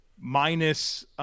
Minus